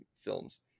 films